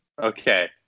Okay